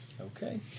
Okay